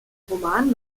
roman